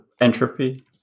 entropy